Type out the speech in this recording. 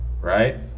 Right